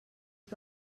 que